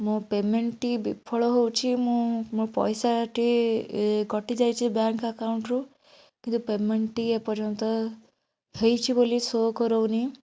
ମୋ ପେମେଣ୍ଟଟି ବିଫଳ ହେଉଛି ମୁଁ ମୋ ପଇସାଟି କଟିଯାଇଛି ବ୍ୟାଙ୍କ୍ ଆକାଉଣ୍ଟରୁ କିନ୍ତୁ ପେମେଣ୍ଟଟି ଏପର୍ଯ୍ୟନ୍ତ ହେଇଛି ବୋଲି ସୋ କରଉନି